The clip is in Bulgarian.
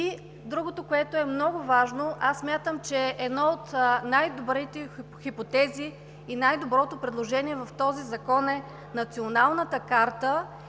Другото, което е много важно – аз смятам, че една от най-добрите хипотези и най-доброто предложение в този закон е Националната карта